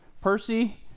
Percy